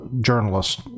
journalist